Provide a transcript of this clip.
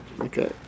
Okay